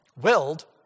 willed